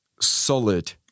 solid